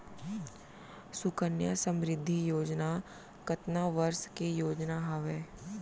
सुकन्या समृद्धि योजना कतना वर्ष के योजना हावे?